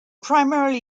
primarily